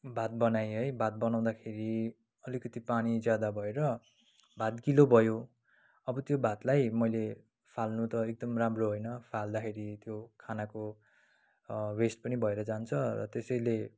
भात बनाए है भात बनाउँदाखेरि अलिकति पानी ज्यादा भएर भात गिलो भयो अब त्यो भातलाई मैले फाल्नु त एकदम राम्रो होइन फाल्दाखेरि त्यो खानाको वेस्ट पनि भएर जान्छ र त्यसैले